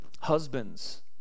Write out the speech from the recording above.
Husbands